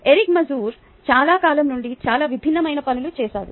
Eric Mazur చాలా కాలం నుండి చాలా విభిన్నమైన పనులు చేసాడు